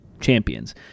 champions